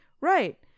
right